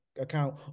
account